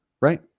Right